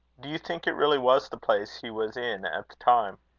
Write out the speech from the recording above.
do you think it really was the place he was in at the time?